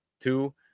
two